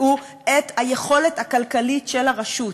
והוא היכולת הכלכלית של הרשות,